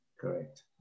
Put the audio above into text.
Correct